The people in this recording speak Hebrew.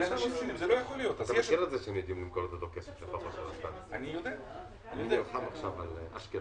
היתה דרישה אבל מכיוון שהיתה קורונה --- זה היה חלק מהסכם שאנחנו